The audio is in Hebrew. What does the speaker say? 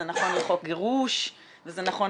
זה נכון לחוק גירוש וזה נכון